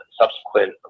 subsequent